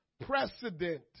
precedent